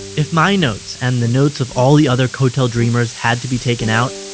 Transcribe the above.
if my notes, and the notes of all the other kotel dreamers had to be taken out,